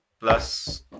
plus